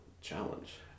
challenge